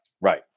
right